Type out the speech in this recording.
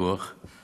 ישעיהו.